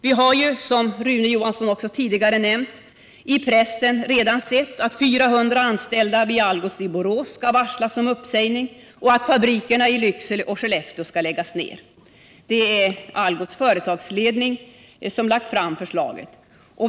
Vi har, som Rune Johansson i Ljungby tidigare nämnde, i pressen sett att 400 anställda vid Algots i Borås skall varslas om uppsägning och att fabrikerna i Lycksele och Skellefteå skall läggas ner. Det är Algots företagsledning som har lagt fram förslaget.